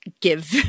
give